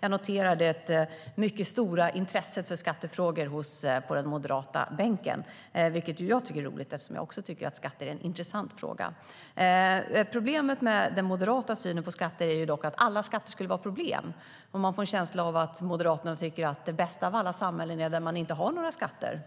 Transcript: Jag noterar det mycket stora intresset för skattefrågor på den moderata bänken, vilket jag tycker är roligt eftersom jag också tycker att skatter är en intressant fråga. Problemet med den moderata synen på skatter är dock att alla skatter enligt Moderaterna är ett problem. Man får en känsla av att Moderaterna tycker att det bästa av alla samhällen är det som inte har några skatter,